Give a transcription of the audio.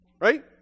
Right